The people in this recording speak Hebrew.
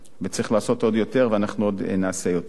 וצריך לעשות עוד יותר, ואנחנו נעשה יותר.